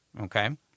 Okay